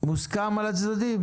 מוסכם על הצדדים?